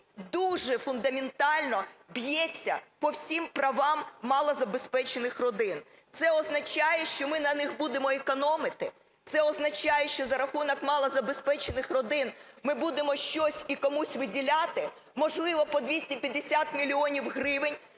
дуже фундаментально б'ється по всім правам малозабезпечених родин. Це означає, що ми на них будемо економити, це означає, що за рахунок малозабезпечених родин ми будемо щось і комусь виділяти, можливо по 250 мільйонів